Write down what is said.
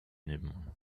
nebenmann